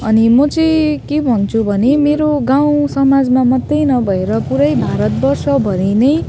अनि म चाहिँ के भन्छु भने मेरो गाउँसमाजमा मात्रै नभएर पुरै भारतवर्ष भरि नै